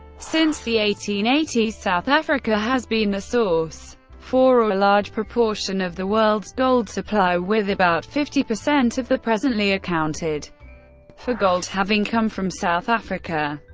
since the eighteen eighty s, south africa has been the source for a large proportion of the world's gold supply, with about fifty percent of the presently accounted for gold having come from south africa.